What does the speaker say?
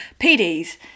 PDs